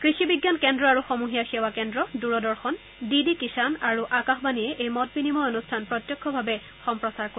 কৃষি বিজ্ঞান কেন্দ্ৰ আৰু সমূহীয়া সেৱা কেন্দ্ৰ দূৰদৰ্শন ডি ডি কিষাণ আৰু আকাশবাণীয়ে এই মত বিনিময় অনুষ্ঠান পোনপটীয়া সম্প্ৰচাৰ কৰিব